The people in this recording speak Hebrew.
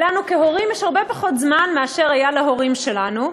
לנו כהורים יש הרבה פחות זמן מאשר היה להורים שלנו.